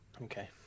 Okay